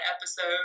episode